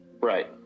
right